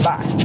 Bye